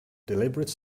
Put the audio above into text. deliberate